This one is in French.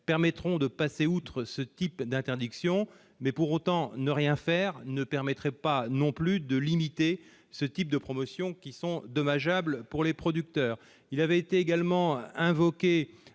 permettront de passer outre ce type d'interdiction, mais, pour autant, ne rien faire ne permettrait pas non plus de limiter ce type de promotions dommageables pour les producteurs. Il a été également invoqué,